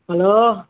hello